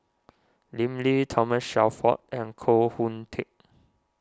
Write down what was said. Lim Lee Thomas Shelford and Koh Hoon Teck